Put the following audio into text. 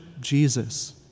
Jesus